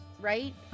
right